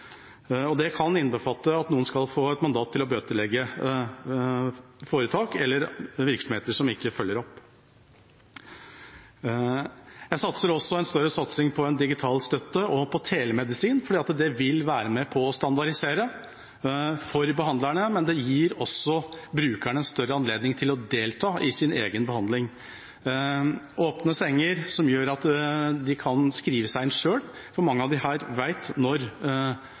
Det kan innbefatte at noen skal få et mandat til å bøtelegge foretak eller virksomheter som ikke følger opp. Jeg savner også en større satsing på digital støtte og på telemedisin. Det vil være med på å standardisere for behandlerne, men det gir også brukerne større anledning til å delta i sin egen behandling. Åpne senger gjør at de kan skrive seg inn selv – for mange av dem vet når det er fare på ferde, og når